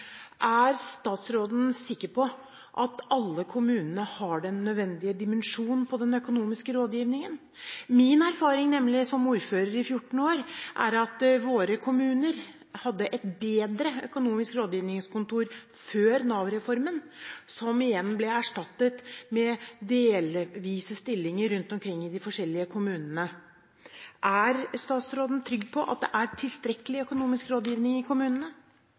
Er statsråden sikker på at alle kommunene har den nødvendige dimensjonen på den økonomiske rådgivningen? Min erfaring etter å ha vært ordfører i 14 år er nemlig at våre kommuner hadde et bedre økonomisk rådgivningskontor før Nav-reformen, som igjen ble erstattet med delvise stillinger rundt omkring i de forskjellige kommunene. Er statsråden trygg på at det er tilstrekkelig økonomisk rådgivning i kommunene?